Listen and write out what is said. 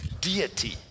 deity